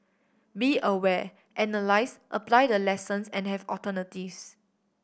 be aware analyse apply the lessons and have alternatives